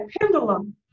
pendulum